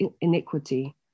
iniquity